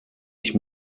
ich